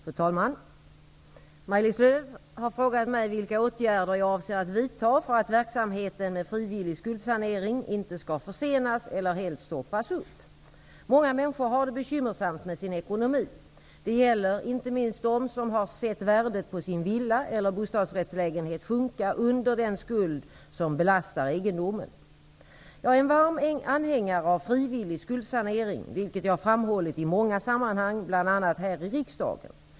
Fru talman! Maj-Lis Lööw har frågat mig vilka åtgärder jag avser att vidta för att verksamheten med frivillig skuldsanering inte skall försenas eller helt stoppas upp. Många människor har det bekymmersamt med sin ekonomi. Det gäller inte minst dem som har sett värdet på sin villa eller bostadsrättslägenhet sjunka under den skuld som belastar egendomen. Jag är en varm anhängare av frivillig skuldsanering, vilket jag framhållit i många sammanhang, bl.a. här i riksdagen.